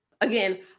Again